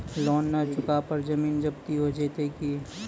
Loan न चुका पर जमीन जब्ती हो जैत की?